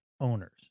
owners